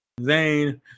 Zayn